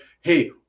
Hey